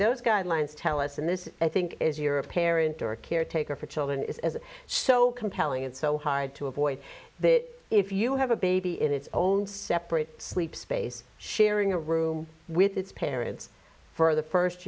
those guidelines tell us and this i think is you're a parent or a caretaker for children is so compelling and so hard to avoid that if you have a baby in its own separate sleep space sharing a room with its parents for the first